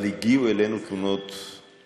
הגיעו אלינו הרבה